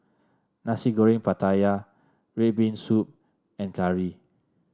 Nasi Goreng Pattaya red bean soup and curry